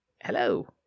Hello